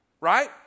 Right